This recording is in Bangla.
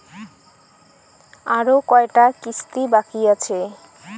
আরো কয়টা কিস্তি বাকি আছে?